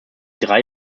drei